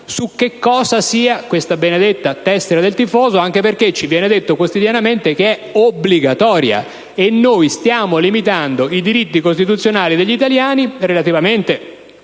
su che cosa sia questa benedetta tessera del tifoso, anche perché ci viene detto quotidianamente che è obbligatoria, e noi stiamo limitando i diritti costituzionali degli italiani relativamente